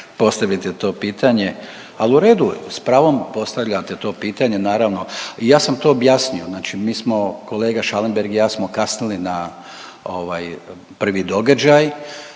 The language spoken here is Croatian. postavite to pitanje, ali u redu je s pravom postavljate to pitanje naravno. Ja sam to objasnio. Znači mi smo kolega Schallenberg i ja smo kasnili na ovaj prvi događaj